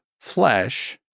flesh